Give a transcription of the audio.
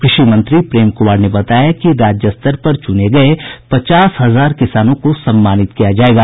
कृषि मंत्री प्रेम कुमार ने बताया कि राज्य स्तर पर चुने गये पचास हजार किसानों को सम्मानित किया जायेगा